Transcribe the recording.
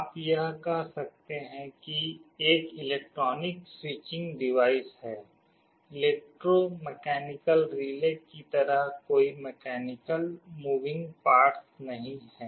आप यह कह सकते हैं कि एक इलेक्ट्रॉनिक स्विचिंग डिवाइस है इलेक्ट्रोमैकेनिकल रिले की तरह कोई मैकेनिकल मूविंग पार्ट्स नहीं है